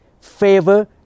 favor